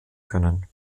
können